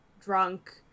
drunk